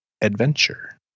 Adventure